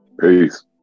Peace